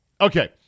Okay